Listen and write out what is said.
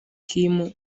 kim